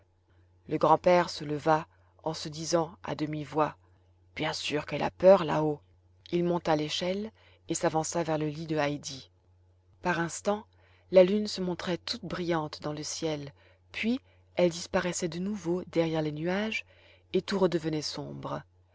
le grand-père se leva en se disant à demi-voix bien sûr qu'elle a peur là-haut il monta l'échelle et s'avança vers le lit de heidi par instants la lune se montrait toute brillante dans le ciel puis elle disparaissait de nouveau derrière les nuages et tout redevenait sombre